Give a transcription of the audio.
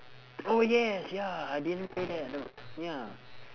oh yes ya I didn't play that ya